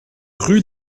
rue